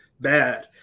bad